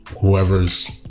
whoever's